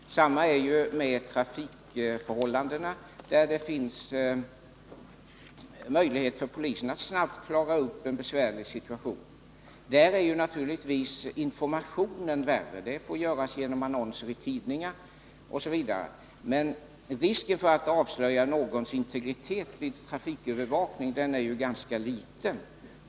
Detsamma gäller trafikförhållandena — det finns där möjligheter för polisen att snabbt klara upp en besvärlig situation. Men här är det naturligtvis värre att ordna med information. Det får göras genom annonser i tidningar osv. Men risken att avslöja någons integritet vid trafikövervakningen är ganska liten.